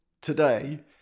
today